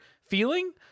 feeling